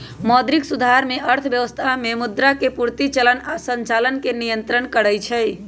मौद्रिक सुधार में अर्थव्यवस्था में मुद्रा के पूर्ति, चलन आऽ संचालन के नियन्त्रण करइ छइ